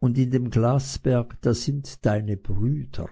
und in dem glasberg da sind deine brüder